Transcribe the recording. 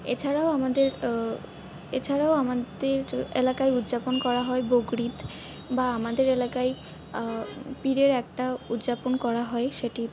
এছাড়াও আমাদের এছাড়াও আমাদের এলাকায় উদ্যাপন করা হয় বকরি ঈদ বা আমাদের এলাকায় পীরের একটা উদ্যাপন করা হয় সেটি